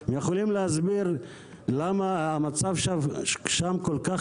הם יכולים להסביר למה המצב שם כל כך